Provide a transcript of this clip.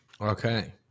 Okay